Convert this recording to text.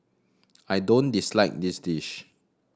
I don't dislike this dish